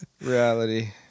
Reality